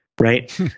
Right